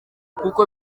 kuko